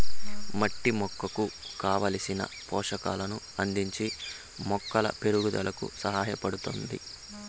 మట్టి మొక్కకు కావలసిన పోషకాలను అందించి మొక్కల పెరుగుదలకు సహాయపడుతాది